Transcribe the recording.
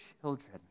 children